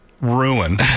ruin